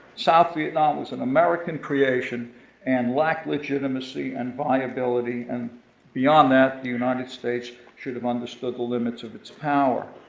south vietnam was an and american creation and lacked legitimacy and viability, and beyond that the united states should have understood the limits of its power.